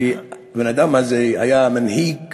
האדם הזה היה מנהיג